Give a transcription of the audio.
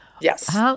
Yes